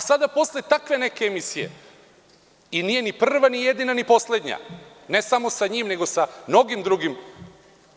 Sada posle takve emisije, a nije ni prva, ni jedina, ni poslednja, ne samo sa njim, nego sa mnogim drugim